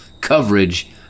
coverage